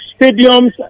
stadiums